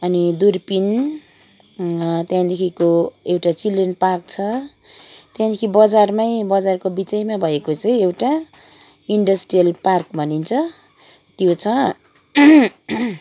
अनि दुर्पिन त्यहाँदेखिको एउटा चिल्ड्रेन पार्क छ त्यहाँदेखि बजारमै बजारको बिचैमा भएको चाहिँ एउटा इन्डस्ट्रियल पार्क भनिन्छ त्यो छ